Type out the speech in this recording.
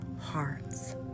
hearts